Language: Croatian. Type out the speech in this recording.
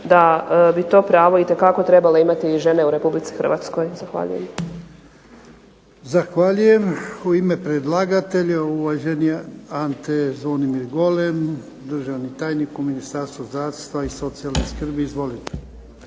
da bi to pravo itekako trebale imati i žene u Republici Hrvatskoj. Zahvaljujem. **Jarnjak, Ivan (HDZ)** Zahvaljujem. U ime predlagatelja uvaženi Ante Zvonimir Golem, državni tajnik u Ministarstvu zdravstva i socijalne skrbi. Izvolite.